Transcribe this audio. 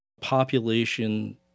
population